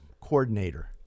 coordinator